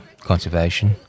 conservation